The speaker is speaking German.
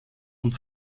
und